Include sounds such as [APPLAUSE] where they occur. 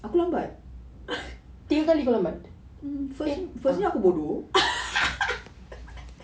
aku lambat [LAUGHS] mm first one first nya aku bodoh [LAUGHS]